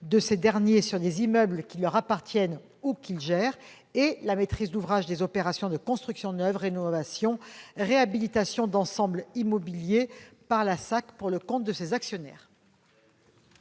de ces derniers sur des immeubles qui leur appartiennent ou qu'ils gèrent ; la maîtrise d'ouvrage des opérations de construction neuve, rénovation ou réhabilitation d'ensembles immobiliers par la SAC pour le compte de ses actionnaires.